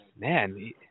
man